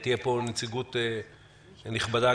תהיה פה נציגות נכבדה,